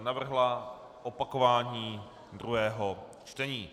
Navrhla opakování druhého čtení.